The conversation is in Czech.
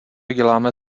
děláme